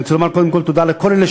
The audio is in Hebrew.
אני רוצה לומר קודם כול תודה לכל אלה